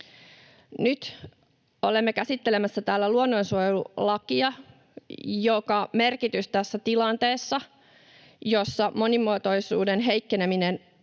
Nyt olemme käsittelemässä täällä luonnonsuojelulakia, jonka merkitys tässä tilanteessa, jossa monimuotoisuuden heikkeneminen